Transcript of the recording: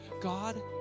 God